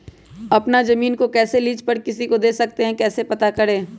अपना जमीन को कैसे लीज पर किसी को दे सकते है कैसे पता करें?